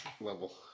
Level